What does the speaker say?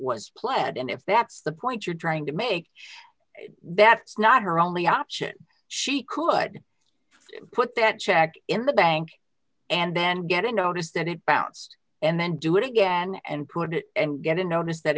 was pled and if that's the point you're trying to make bets not her only option she could put that check in the bank and then get a notice that it bounced and then do it again and put it and get a notice that